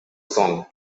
song